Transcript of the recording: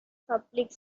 public